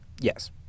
Yes